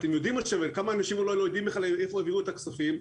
כמה אנשים לא יודעים איך העבירו את הכספים.